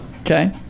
Okay